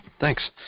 Thanks